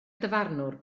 dyfarnwr